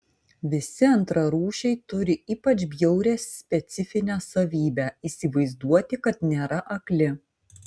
visi antrarūšiai turi ypač bjaurią specifinę savybę įsivaizduoti kad nėra akli